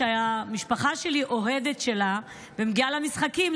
שהמשפחה שלי אוהדת שלה ומגיעה למשחקים,